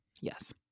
yes